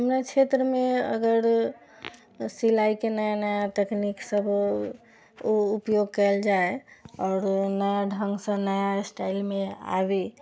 हमरा क्षेत्रमे अगर सिलाइके नया नया तकनीक सभ ओ उपयोग कयल जाइ आओर नया ढङ्गसँ नया स्टाइलमे आबि